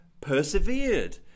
persevered